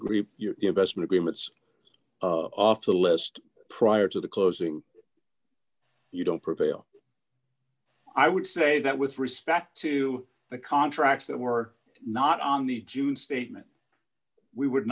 group your investment agreements of the list prior to the closing you don't prevail i would say that with respect to the contracts that were not on the june statement we would